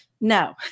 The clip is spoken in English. No